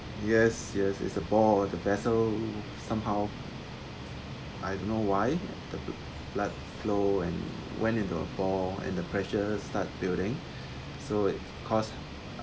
yes yes is a ball or the vessel somehow I don't know why the blood flow and went into a ball and the pressure start building so it cause